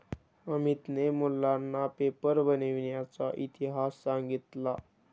अमितने मुलांना पेपर बनविण्याचा इतिहास सांगितला